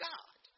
God